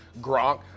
Gronk